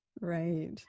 Right